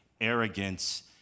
arrogance